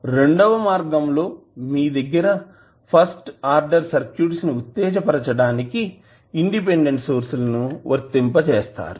రెండవ మార్గం లో మీరు ఫస్ట్ ఆర్డర్ సర్క్యూట్స్ ని ఉత్తేజపరచడానికి ఇండిపెండెంట్ సోర్స్ లను వర్తింపజేస్తారు